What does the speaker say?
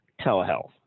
telehealth